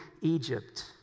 Egypt